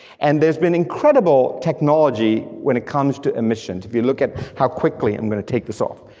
and there's been incredible technology when it comes to emissions, if you look at how quickly, i'm gonna take this off,